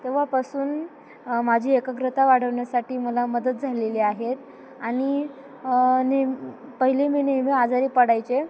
तेव्हापासून माझी एकाग्रता वाढवण्यासाठी मला मदत झालेली आहे आणि ने पहिले मी नेहमी आजारी पडायचे